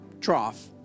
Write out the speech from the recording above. trough